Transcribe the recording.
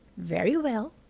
very well,